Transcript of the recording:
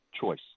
choice